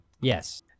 Yes